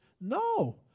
no